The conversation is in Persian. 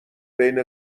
بین